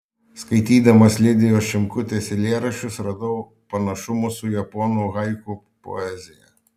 skaitydamas lidijos šimkutės eilėraščius radau panašumų su japonų haiku poezija